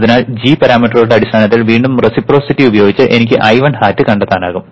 അതിനാൽ g പാരാമീറ്ററുകളുടെ അടിസ്ഥാനത്തിൽ വീണ്ടും റെസിപ്രൊസിറ്റി ഉപയോഗിച്ച് എനിക്ക് I1 hat കണ്ടെത്താനാകും